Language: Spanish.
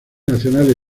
nacional